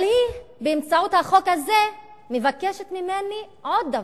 אבל היא, באמצעות החוק הזה, מבקשת ממני עוד דבר,